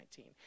2019